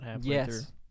Yes